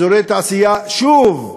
אזורי תעשייה, שוב,